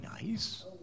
nice